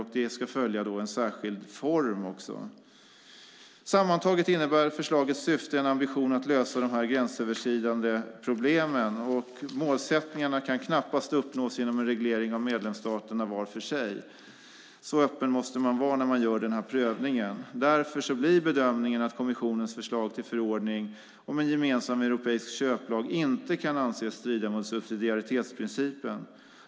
Det ska också följa en särskild form. Sammantaget innebär förslagets syfte en ambition att lösa de gränsöverskridande problemen. Målsättningarna kan knappast uppnås genom en reglering av medlemsstaterna var för sig. Så öppen måste man vara när man gör den här prövningen. Därför blir bedömningen att kommissionens förslag till förordning om en gemensam europeisk köplag inte kan anses strida mot subsidiaritetsprincipen.